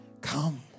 Come